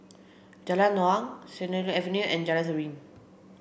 Jalan Naung Sennett Avenue and Jalan Serene